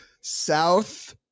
South